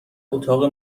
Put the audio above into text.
اتاق